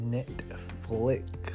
Netflix